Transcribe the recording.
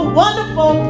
wonderful